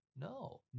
no